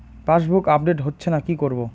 Passbook update হচ্ছেনা কি করবো?